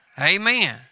Amen